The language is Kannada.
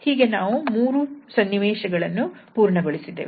ಹೀಗೆ ನಾವು ಮೂರೂ ಸನ್ನಿವೇಶಗಳನ್ನು ಪೂರ್ಣಗೊಳಿಸಿದ್ದೇವೆ